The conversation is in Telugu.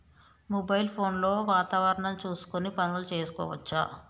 మొబైల్ ఫోన్ లో వాతావరణం చూసుకొని పనులు చేసుకోవచ్చా?